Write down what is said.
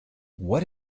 what